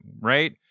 Right